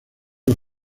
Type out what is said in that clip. los